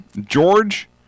George